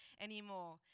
anymore